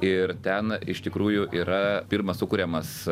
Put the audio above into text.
ir ten iš tikrųjų yra pirmas sukuriamas